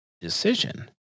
decision